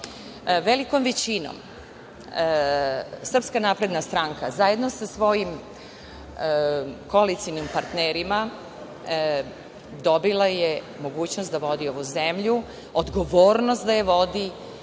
Velikom većinom SNS, zajedno sa svojim koalicionim partnerima dobila je mogućnost da vodi ovu zemlju, odgovornost da je vodi